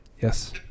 Yes